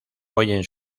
oyen